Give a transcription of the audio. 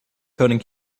coding